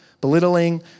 belittling